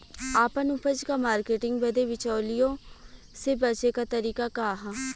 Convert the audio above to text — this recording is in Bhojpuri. आपन उपज क मार्केटिंग बदे बिचौलियों से बचे क तरीका का ह?